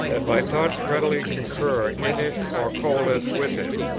that my thoughts readily concur in it or coalesce with it,